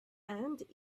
and